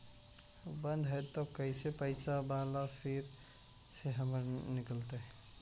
बन्द हैं त कैसे पैसा बाला फिर से हमर निकलतय?